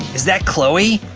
is that chloe?